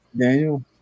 Daniel